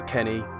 Kenny